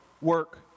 work